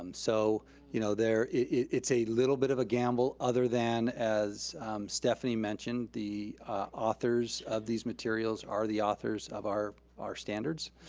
um so you know it's a little bit of a gamble, other than, as stephanie mentioned, the authors of these materials are the authors of our our standards.